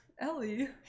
ellie